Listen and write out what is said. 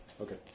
Okay